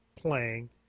playing